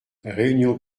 réunion